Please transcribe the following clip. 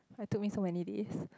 but it took me so many days